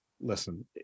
listen